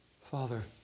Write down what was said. Father